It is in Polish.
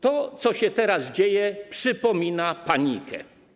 To, co się teraz dzieje, przypomina panikę.